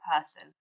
person